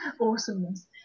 awesomeness